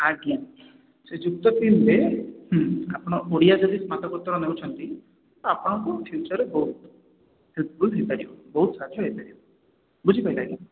ଆଜ୍ଞା ସେ ଯୁକ୍ତ ତିନିରେ ଆପଣ ଓଡ଼ିଆ ଯଦି ସ୍ନାତକୋତ୍ତର ନେଉଛନ୍ତି ତ ଆପଣଙ୍କୁ ଫିଉଚର୍ରେ ବହୁତ ହେଇପାରିବ ବହୁତ ସାହାଯ୍ୟ ହେଇପାରିବ ବୁଝିପାରିଲେନା